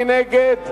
מי נגד?